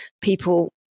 people